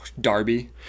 Darby